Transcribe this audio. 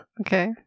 okay